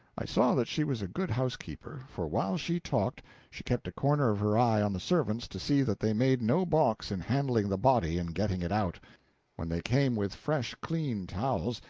i saw that she was a good housekeeper, for while she talked she kept a corner of her eye on the servants to see that they made no balks in handling the body and getting it out when they came with fresh clean towels,